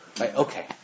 Okay